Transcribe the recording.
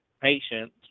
patients